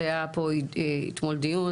אז היה פה אתמול דיון.